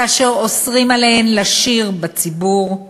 כאשר אוסרים עליהן לשיר בציבור;